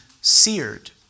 seared